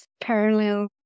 parallel